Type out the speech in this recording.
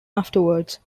afterwards